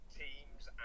teams